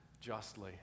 justly